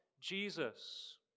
Jesus